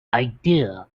idea